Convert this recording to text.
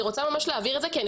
אני רוצה ממש להבהיר את זה כי אני